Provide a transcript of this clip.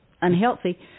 unhealthy